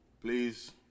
please